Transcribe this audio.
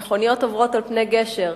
שבו מכוניות עוברות על פני גשר,